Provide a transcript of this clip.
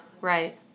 right